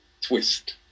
twist